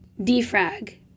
defrag